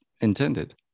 intended